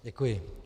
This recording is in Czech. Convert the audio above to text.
Děkuji.